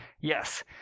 yes